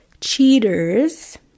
cheaters